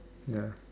ya